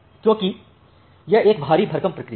क्योंकि यह एक भारी भरकम प्रक्रिया है